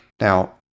Now